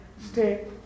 stay